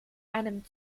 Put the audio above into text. einem